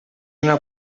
una